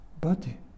body